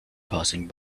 passing